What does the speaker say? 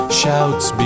shouts